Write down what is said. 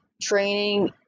training